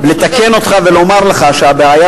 לכן